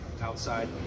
outside